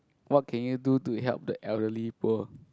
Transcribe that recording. what can you do to help the elderly poor